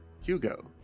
Hugo